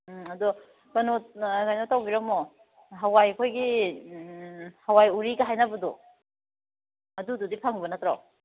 ꯎꯝ ꯑꯗꯣ ꯀꯩꯅꯣ ꯀꯩꯅꯣ ꯇꯧꯕꯤꯔꯝꯃꯣ ꯍꯋꯥꯏ ꯑꯩꯈꯣꯏꯒꯤ ꯍꯋꯥꯏ ꯎꯔꯤꯒ ꯍꯥꯏꯅꯕꯗꯣ ꯑꯗꯨꯗꯨꯗꯤ ꯐꯪꯕ ꯅꯠꯇ꯭ꯔꯣ